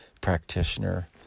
practitioner